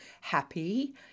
happy